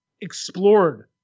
explored